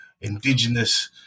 indigenous